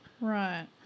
right